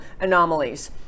anomalies